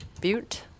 Butte